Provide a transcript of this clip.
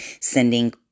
sending